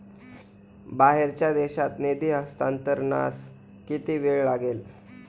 बाहेरच्या देशात निधी हस्तांतरणास किती वेळ लागेल?